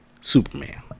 Superman